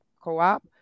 co-op